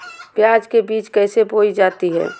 प्याज के बीज कैसे बोई जाती हैं?